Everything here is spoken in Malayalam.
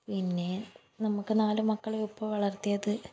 പിന്നെ നമുക്ക് നാല് മക്കളെ ഉപ്പ വളർത്തിയത്